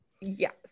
Yes